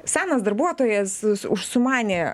senas darbuotojas užsumanė